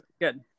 Good